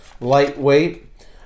lightweight